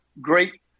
great